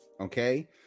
okay